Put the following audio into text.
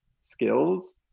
skills